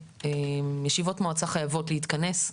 ישיבות המועצה חייבות להתכנס.